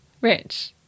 rich